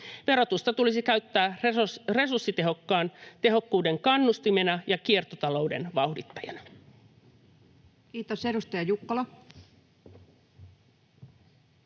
Verotusta tulisi käyttää resurssitehokkuuden kannustimena ja kiertotalouden vauhdittajana. [Speech 163] Speaker: